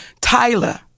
Tyler